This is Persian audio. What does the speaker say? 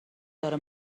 داره